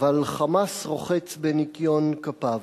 אבל "חמאס" רוחץ בניקיון כפיו.